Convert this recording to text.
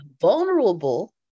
vulnerable